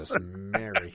Mary